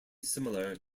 similar